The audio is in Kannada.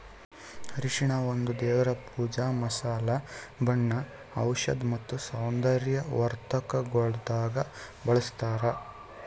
ಅರಿಶಿನ ಒಂದ್ ದೇವರ್ ಪೂಜಾ, ಮಸಾಲೆ, ಬಣ್ಣ, ಔಷಧ್ ಮತ್ತ ಸೌಂದರ್ಯ ವರ್ಧಕಗೊಳ್ದಾಗ್ ಬಳ್ಸತಾರ್